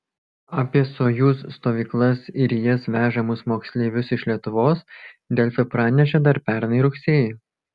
apie sojuz stovyklas ir į jas vežamus moksleivius iš lietuvos delfi pranešė dar pernai rugsėjį